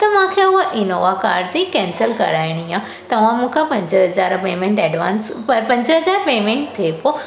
त मूंखे उहा इनोवा कार जी कैंसिल कराइणी आहे तव्हां मूंखां पंज हज़ार पेमेंट एडवांस प पंज हज़ार पेमेंट थिए पोइ